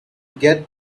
get